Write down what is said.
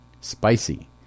spicy